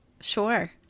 Sure